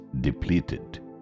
depleted